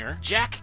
jack